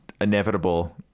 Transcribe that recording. inevitable